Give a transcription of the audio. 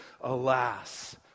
Alas